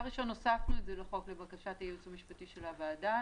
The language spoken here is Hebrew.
הוספנו את זה לחוק לבקשת הייעוץ המשפטי של הוועדה,